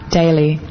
daily